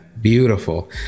beautiful